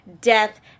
death